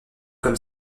comme